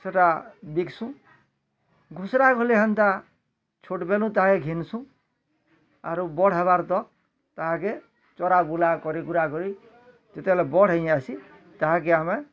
ସେଟା ବିକ୍ସୁ ଘୁଷୁରା ବୋଲି ହେନ୍ତା ଛୋଟ ବେଲୁ ତାହାକୁ ଘିନସୁ ଆରୁ ବଡ଼ ହେବାର୍ ତ ତାହାକେ ଚରା ବୁଲା କରି କୁରା କରି ଯେତେବେଲେ ବଡ଼ ହେଇ ଆସି ତାହେକେ ଆମେ